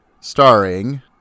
starring